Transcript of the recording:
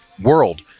world